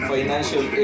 Financial